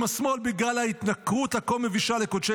עם השמאל בגלל ההתנכרות הכה-מבישה לקודשי